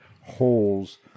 holes